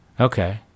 Okay